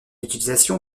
utilisation